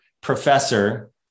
professor